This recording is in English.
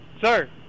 sir